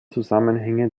zusammenhänge